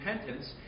repentance